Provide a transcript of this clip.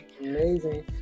amazing